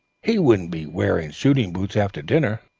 he wouldn't be wearing shooting-boots after dinner.